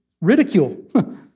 ridicule